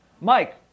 Mike